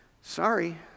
Sorry